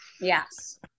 Yes